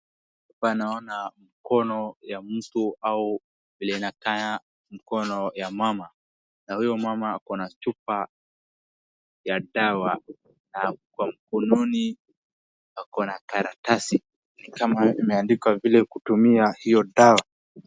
Hapa naona mkono ya mtu au vile inakaa mkono ya mama na huyo mama akona chupa ya dawa kwa mkononi, na akona karatasi kama imeandikwa vile kutumia hiyo dawa.